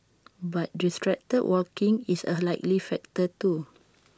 but distracted walking is A likely factor too